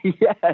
yes